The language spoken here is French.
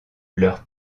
leur